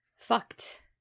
fucked